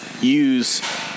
use –